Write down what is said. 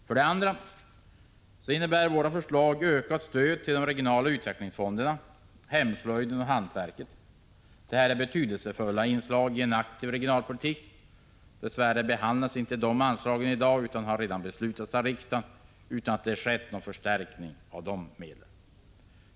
För det andra innebär vårt förslag ökat stöd till de regionala utvecklingsfonderna, hemslöjden och hantverket. Det är betydelsefulla inslag i en aktiv regionalpolitik. Dess värre behandlas dessa anslag inte i dag utan har redan beslutats av riksdagen, utan att det skett någon förstärkning av dessa medel.